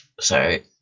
Sorry